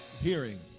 hearing